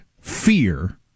fear